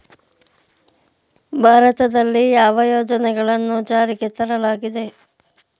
ಭಾರತದಲ್ಲಿ ಯಾವ ಯೋಜನೆಗಳನ್ನು ಜಾರಿಗೆ ತರಲಾಗಿದೆ?